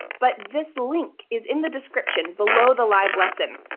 but this link is in the description below the live lesson.